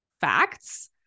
facts